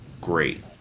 great